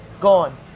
gone